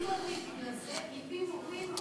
זה מפי מורים מאותו מוסד.